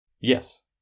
Yes